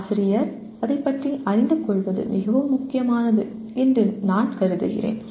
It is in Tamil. ஆசிரியர் அதைப் பற்றி அறிந்து கொள்வது மிகவும் முக்கியமானது என்று நான் கருதுகிறேன்